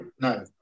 No